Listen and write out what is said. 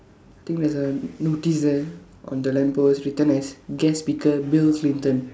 think there's a notice there on the lamp post written as guest speaker Bill-Clinton